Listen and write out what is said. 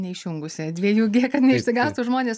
neišjungusi dviejų gie kad neišsigąstų žmonės